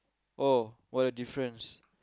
oh what a difference